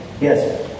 Yes